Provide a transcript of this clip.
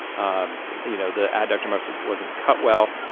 um the you know the adductor muscle wasn't cut well.